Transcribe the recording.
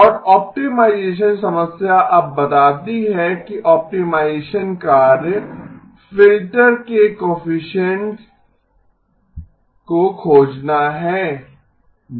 और ऑप्टिमाइजेसन समस्या अब बताती है कि ऑप्टिमाइजेसन कार्य फ़िल्टर के कोएफिसिएन्ट्स को खोजना है